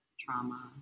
trauma